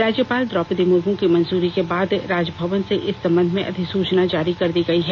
राज्यपाल द्रौपदी मुर्मू की मंजूरी के बाद राजभवन से इस संबंध में अधिसूचना जारी कर दी गई है